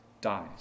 dies